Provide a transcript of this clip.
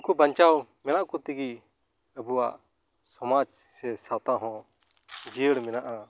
ᱩᱝᱠᱚ ᱵᱟᱧᱪᱟᱣ ᱢᱮᱱᱟᱜ ᱠᱚ ᱛᱮᱜᱮ ᱟᱵᱚᱣᱟᱜ ᱥᱚᱢᱟᱡᱽ ᱥᱮ ᱥᱟᱶᱛᱟ ᱦᱚᱸ ᱡᱤᱭᱟᱹᱲ ᱢᱮᱱᱟᱜᱼᱟ